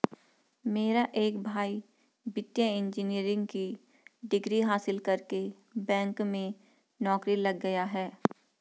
मेरा एक भाई वित्तीय इंजीनियरिंग की डिग्री हासिल करके बैंक में नौकरी लग गया है